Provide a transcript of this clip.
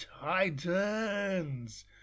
Titans